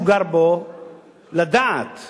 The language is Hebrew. רבותי חברי הכנסת,